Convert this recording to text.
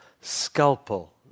scalpel